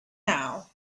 now